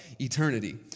eternity